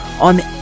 on